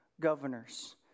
governors